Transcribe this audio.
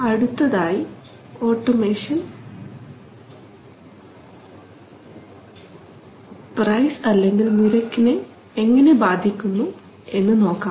അടുത്തതായി automation price അല്ലെങ്കിൽ നിരക്കിനെ എങ്ങനെ ബാധിക്കുന്നു എന്ന് നോക്കാം